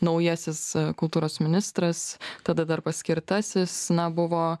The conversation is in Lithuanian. naujasis kultūros ministras tada dar paskirtasis na buvo